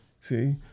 See